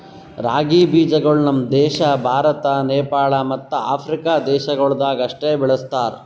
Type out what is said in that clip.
ರಾಗಿ ಬೀಜಗೊಳ್ ನಮ್ ದೇಶ ಭಾರತ, ನೇಪಾಳ ಮತ್ತ ಆಫ್ರಿಕಾ ದೇಶಗೊಳ್ದಾಗ್ ಅಷ್ಟೆ ಬೆಳುಸ್ತಾರ್